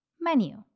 Menu